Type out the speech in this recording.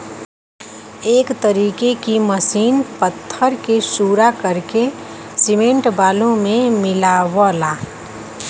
एक तरीके की मसीन पत्थर के सूरा करके सिमेंट बालू मे मिलावला